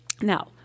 Now